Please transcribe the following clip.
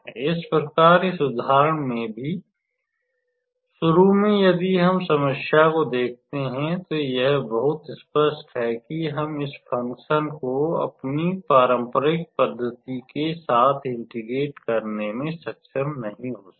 इस प्रकार इस उदाहरण में भी शुरू में यदि हम समस्या को देखते हैं तो यह बहुत स्पष्ट है कि हम इस फ़ंक्शनफंकशन को अपनी पारंपरिक पद्धति के साथ इंटेग्रेट करने में सक्षम नहीं हो सकते हैं